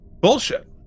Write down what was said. bullshit